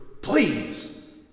Please